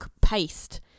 paste